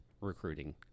recruiting